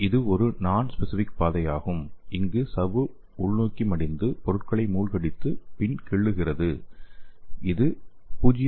இது ஒரு நான் ஸ்பெசிஃபிக் பாதையாகும் இங்கு சவ்வு உள்நோக்கி மடிந்து பொருட்களை மூழ்கடித்து பின் கிள்ளுகிறது இது 0